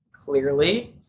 Clearly